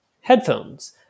headphones